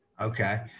Okay